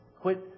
Quit